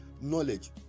knowledge